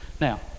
Now